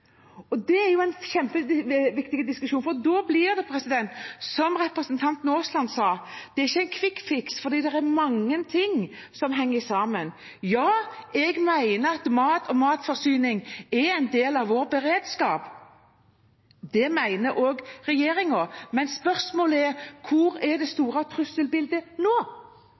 endret. Det er jo en kjempeviktig diskusjon, for, som representanten Aasland sa, er det ikke noen kvikkfiks, for det er mange ting som henger sammen. Ja, jeg mener at mat og matforsyning er en del av vår beredskap. Det mener også regjeringen. Men spørsmålet er: Hvordan er det store trusselbildet nå?